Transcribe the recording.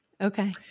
Okay